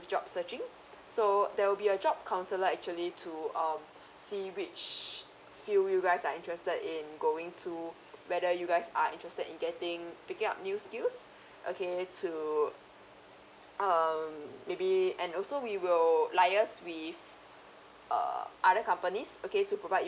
job searching so there will be a job counselor actually to um see which field you guys are interested in going to whether you guys are interested in getting picking up new skills okay to um maybe and also we will liaise with err other companies okay to provide